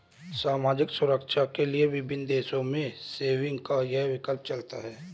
सामाजिक सुरक्षा के लिए विभिन्न देशों में सेविंग्स का यह प्रकल्प चलता है